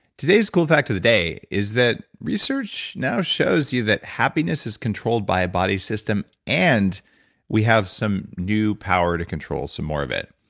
today's cool fact of the day is that research now shows you that happiness is controlled by a body system and we have some new power to control control some more of it.